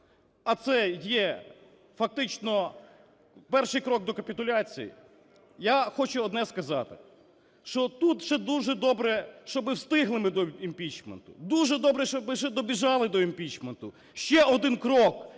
а це є фактично перший крок до капітуляції, я хочу одне сказати, що тут ще дуже добре, щоби встигли ми до імпічменту, дуже добре, щоб ми щедобіжали до імпічменту. Ще один крок